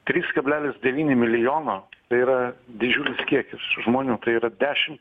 trys kablelis devyni milijono tai yra didžiulis kiekis žmonių tai yra dešim